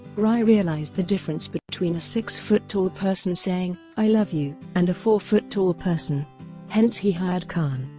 rai realised the difference between a six-foot tall person saying i love you and a four foot tall person hence he hired khan.